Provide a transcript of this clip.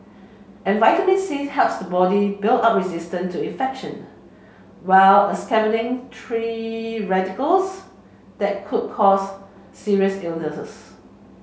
and vitamin C helps the body build up resistance to infection while a scavenging tree radicals that could cause serious illnesses